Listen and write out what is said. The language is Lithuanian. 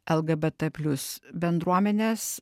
lgbt plius bendruomenės